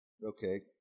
Okay